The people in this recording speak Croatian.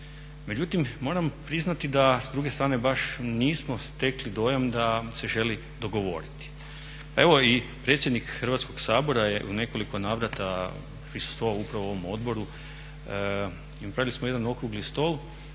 Međutim, moram priznati da s druge strane baš nismo stekli dojam da se želi dogovoriti. Pa evo i predsjednik Hrvatskog sabora je u nekoliko navrata prisustvovao upravo ovom odboru i napravili smo jedan okrugli stol